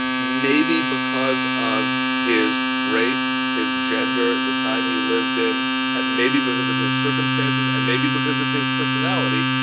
maybe because of his race, his gender, the time he lived in and maybe because of his circumstances circumstances and maybe because of his personality,